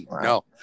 No